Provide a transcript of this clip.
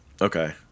Okay